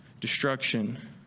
destruction